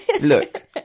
look